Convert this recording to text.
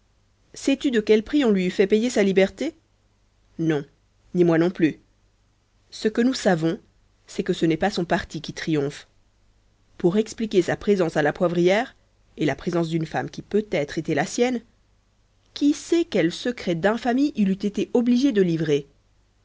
sais-tu de quel prix on lui eût fait payer sa liberté non ni moi non plus ce que nous savons c'est que ce n'est pas son parti qui triomphe pour expliquer sa présence à la poivrière et la présence d'une femme qui peut-être était la sienne qui sait quels secrets d'infamie il eût été obligé de livrer